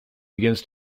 begins